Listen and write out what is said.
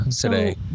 today